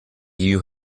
you